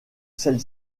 celle